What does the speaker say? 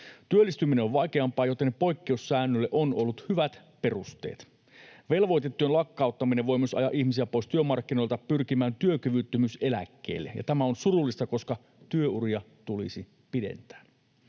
Työllistyminen on vaikeampaa, joten poikkeussäännöille on ollut hyvät perusteet. Velvoitetyön lakkauttaminen voi myös ajaa ihmisiä pois työmarkkinoilta pyrkimään työkyvyttömyyseläkkeelle, ja tämä on surullista, koska työuria tulisi pidentää.